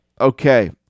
Okay